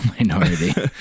minority